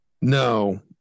No